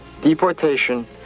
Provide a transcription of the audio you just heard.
deportation